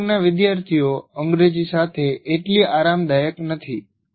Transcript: મોટા ભાગના વિદ્યાર્થી અંગ્રેજી સાથે એટલી આરામદાયક નથી